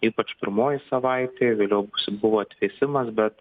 ypač pirmoji savaitė vėliau buvo atvėsimas bet